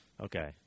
Okay